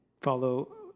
follow